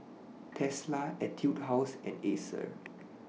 Tesla Etude House and Acer